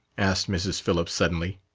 asked mrs. phillips suddenly.